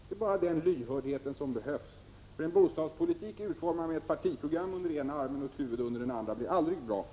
Det är bara den lyhördheten som behövs. En bostadspolitik utformad med ett partiprogram under ena armen och ett huvud under den andra blir nämligen aldrig bra.